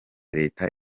leta